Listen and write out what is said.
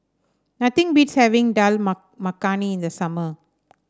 nothing beats having Dal Ma Makhani in the summer